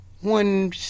One